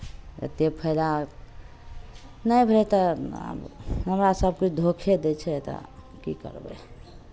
एतेक फायदा नहि भेलै तऽ आब हमरा सभकोइ धोखे दै छै तऽ की करबै